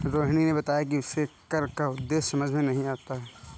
रोहिणी ने बताया कि उसे कर का उद्देश्य समझ में नहीं आता है